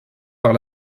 par